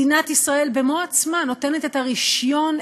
מדינת ישראל במו-עצמה נותנת את הרישיון,